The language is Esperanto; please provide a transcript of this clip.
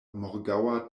morgaŭa